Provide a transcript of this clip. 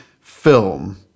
film